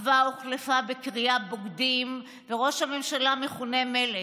אחווה הוחלפה בקריאה "בוגדים" וראש הממשלה מכונה "מלך".